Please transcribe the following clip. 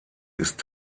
ist